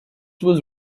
was